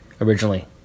originally